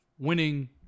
Winning